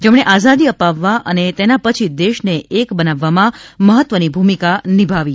જેમણે આઝાદી અપાવવા અને તેના પછી દેશને એક બનાવવામાં મહત્વની ભૂમિકા નિભાવી હતી